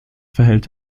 verhält